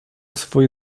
swoje